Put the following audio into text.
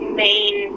main